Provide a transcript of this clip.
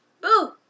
Boo